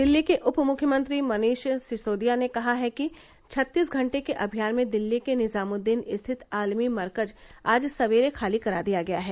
दिल्ली के उपमुख्यमंत्री मनीष सिसोदिया ने कहा है कि छत्तीस घंटे के अभियान में दिल्ली के निजामुद्दीन स्थित आलमी मरकज आज सवेरे खाली करा दिया गया है